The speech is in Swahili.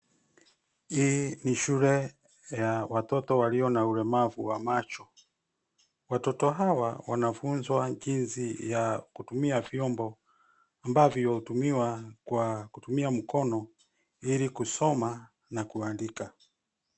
Hii ni shule ya watoto walio na ulemavu wa macho. Watoto hawa, wanafunzwa jinsi ya kutumia vyombo, ambavyo hutumiwa kwa kutumia mkono, ili kusoma na kuandika.